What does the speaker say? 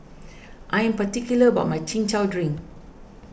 I am particular about my Chin Chow Drink